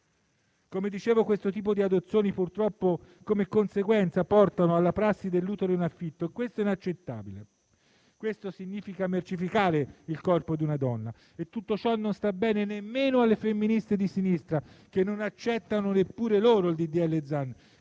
Come dicevo, questo tipo di adozioni come conseguenza porta purtroppo alla prassi dell'utero in affitto: questo è inaccettabile perché significa mercificare il corpo di una donna. Tutto ciò non sta bene nemmeno alle femministe di sinistra, che non accettano neppure loro il disegno